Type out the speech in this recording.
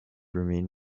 remain